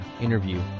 interview